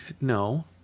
No